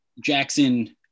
Jackson